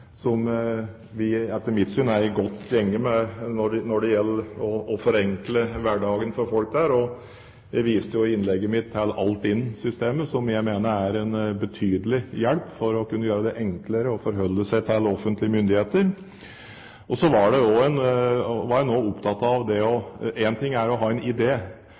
som vi etter mitt syn er i god gjenge med når det gjelder å forenkle hverdagen for folk. Jeg viste jo i innlegget mitt til Altinn-systemet, som jeg mener er en betydelig hjelp for å gjøre det enklere å forholde seg til offentlige myndigheter. Så var de også opptatt av at én ting er å ha en idé, men noe annet er det å få solgt ideen, å